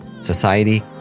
society